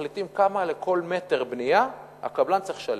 מחליטים כמה לכל מטר בנייה הקבלן צריך לשלם.